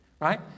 right